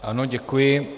Ano, děkuji.